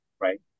right